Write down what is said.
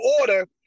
order